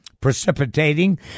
precipitating